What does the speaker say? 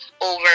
over